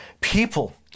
people